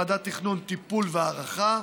ועדת תכנון טיפול והערכה,